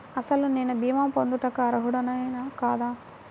అసలు నేను భీమా పొందుటకు అర్హుడన కాదా?